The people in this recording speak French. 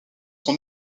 son